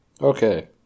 Okay